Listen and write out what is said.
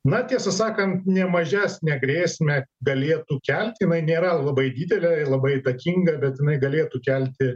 na tiesą sakant ne mažesnę grėsmę galėtų kelti jinai nėra labai didelė labai įtakinga bet jinai galėtų kelti